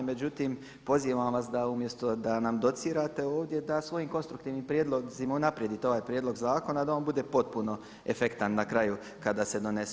Međutim, pozivam vas da umjesto da nam docirate ovdje da svojim konstruktivnim prijedlozima unaprijedite ovaj prijedlog zakona da on bude potpuno efektan na kraju kada se donese.